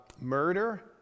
murder